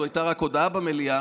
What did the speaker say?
זו הייתה רק הודעה במליאה,